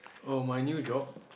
oh my new job